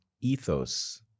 ethos